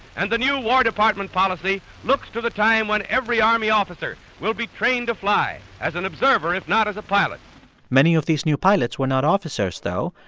and the new war department policy looks to the time when every army officer will be trained to fly as an observer if not as a pilot many of these new pilots were not officers, though.